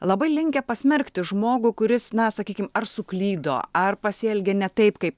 labai linkę pasmerkti žmogų kuris na sakykim ar suklydo ar pasielgė ne taip kaip